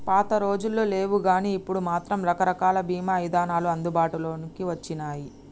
పాతరోజుల్లో లేవుగానీ ఇప్పుడు మాత్రం రకరకాల బీమా ఇదానాలు అందుబాటులోకి వచ్చినియ్యి